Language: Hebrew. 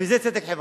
וזה צדק חברתי,